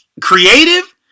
creative